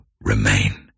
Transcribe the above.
remain